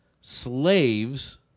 slaves